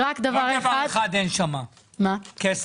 רק דבר אחד אין שם, כסף.